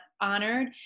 honored